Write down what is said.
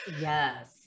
Yes